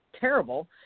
terrible